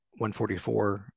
144